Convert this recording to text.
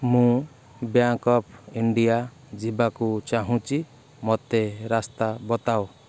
ମୁଁ bank of India ଯିବାକୁ ଚାହୁଁଛି ମୋତେ ରାସ୍ତା ବତାଅ